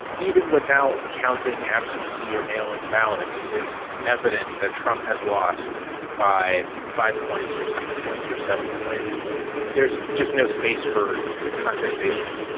even without counting absentee or mail in ballots, it is evident that trump has lost by five points or six points or seven points there's just no space for contestation.